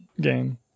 game